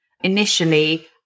initially